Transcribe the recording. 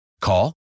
Call